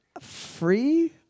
Free